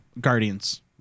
Guardians